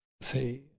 say